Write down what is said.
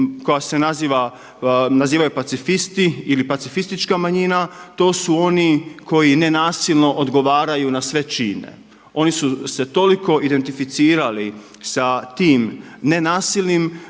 koja se naziva pacifisti ili pacifistička manjina. To su oni koji nenasilno odgovaraju na sve čine. Oni su se toliko identificirali sa tim nenasilnim